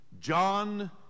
John